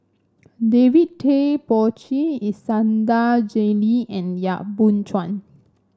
David Tay Poey Cher Iskandar Jalil and Yap Boon Chuan